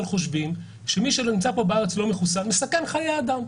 חושבים שמי שנמצא בארץ לא מחוסן מסכן חיי אדם.